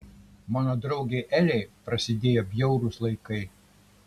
mano draugei elei prasidėjo bjaurūs laikai